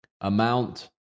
amount